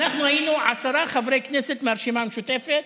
אנחנו היינו עשרה חברי כנסת מהרשימה המשותפת.